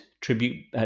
tribute